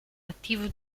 ativo